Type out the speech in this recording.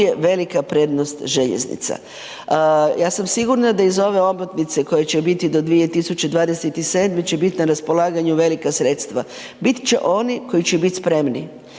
je velika prednost željeznica. Ja sam sigurna da iz ove omotnice koja će biti do 2027. će biti na raspolaganju velika sredstva, bit će oni koji će biti spremni,